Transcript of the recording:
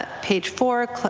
page four,